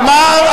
אמר,